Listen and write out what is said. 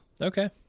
Okay